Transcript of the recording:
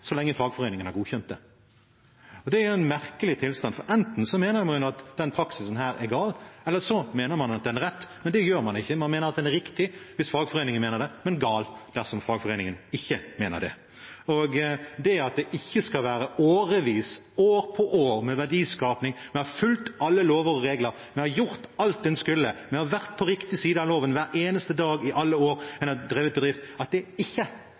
så lenge fagforeningen har godkjent det. Det er en merkelig tilstand. Enten mener man at denne praksisen er gal, eller så mener man at den er rett. Men det gjør man ikke – man mener at den er riktig hvis fagforeningen mener det, men gal dersom fagforeningen ikke mener det. Det at det ikke er årevis med verdiskaping, der en har fulgt alle lover og regler, har gjort alt en skulle, og har vært på riktig side av loven hver eneste dag i alle år en har drevet bedrift, som har betydning, men om en er